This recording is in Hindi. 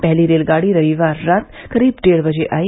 पहली रेलगाड़ी रविवार रात करीब डेढ़ बजे आयी